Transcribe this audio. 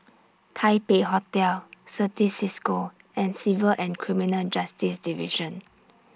Taipei Hotel Certis CISCO and Civil and Criminal Justice Division